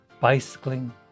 bicycling